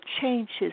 changes